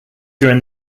during